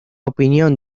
opinión